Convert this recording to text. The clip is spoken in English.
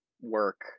work